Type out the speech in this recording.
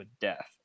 death